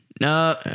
No